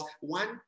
one